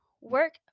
work